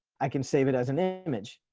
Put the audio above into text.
i can save it as an image.